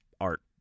art